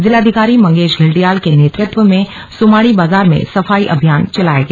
जिलाधिकारी मंगेश घिल्डियाल के नेतृत्व में सुमाड़ी बाजार में सफाई अभियान चलाया गया